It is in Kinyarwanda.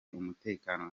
umutekano